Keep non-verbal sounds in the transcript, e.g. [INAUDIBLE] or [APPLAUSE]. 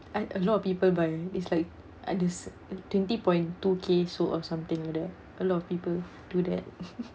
I a lot of people buy it's like at this twenty point two K so or something there a lot of people do that [LAUGHS]